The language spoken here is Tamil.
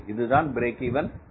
இதுதான் பிரேக் இவென் பாயின்ட்